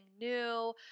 new